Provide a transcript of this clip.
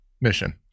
mission